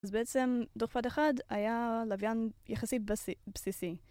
אז בעצם דוכפית 1 היה לווין יחסית בסיסי.